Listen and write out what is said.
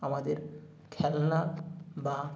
আমাদের খেলনা বা